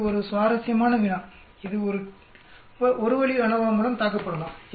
இது ஒரு சுவாரஸ்யமான வினா இது ஒரு வழி அநோவா மூலம் தாக்கப்படலாம்